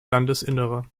landesinnere